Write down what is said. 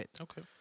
Okay